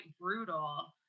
brutal